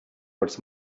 words